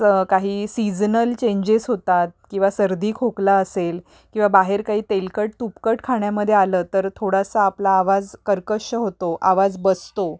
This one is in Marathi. काही सीझनल चेंजेस होतात किंवा सर्दी खोकला असेल किंवा बाहेर काही तेलकट तुपकट खाण्यामध्ये आलं तर थोडासा आपला आवाज कर्कश होतो आवाज बसतो